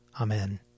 Amen